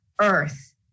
earth